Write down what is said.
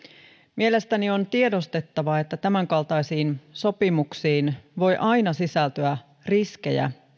mielestäni on tiedostettava että tämänkaltaisiin sopimuksiin voi aina sisältyä riskejä